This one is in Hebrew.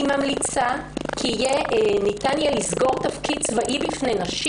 היא המליצה כי "ניתן יהיה לסגור תפקיד צבאי בפני נשים